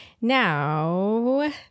Now